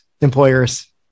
employers